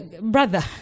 brother